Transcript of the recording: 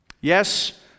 Yes